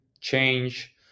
change